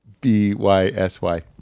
B-Y-S-Y